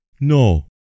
No